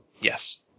Yes